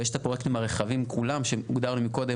ויש את הפרויקטים הרחבים כולם שהוגדר מקודם